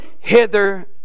hither